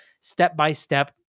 step-by-step